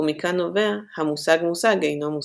ומכאן נובע "המושג מושג אינו מושג".